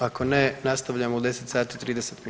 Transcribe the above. Ako ne nastavljamo u 10 sati i 30